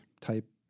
type